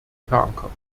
verankert